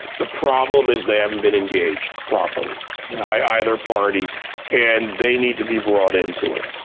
the problem is, they haven't been engaged properly by either party and they need to be brought into it.